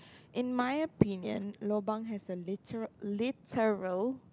in my opinion lobang has a liter~ literal